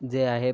जे आहे